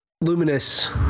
Luminous